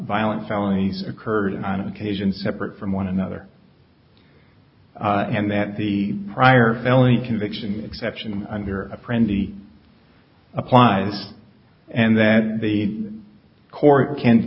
violent felonies occurred and on occasion separate from one another and that the prior felony conviction exception under a print the applies and that the court can